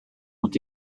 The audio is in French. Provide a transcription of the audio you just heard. ont